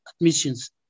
admissions